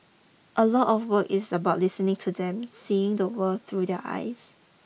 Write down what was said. a lot of the work is about listening to them seeing the world through their eyes